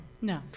no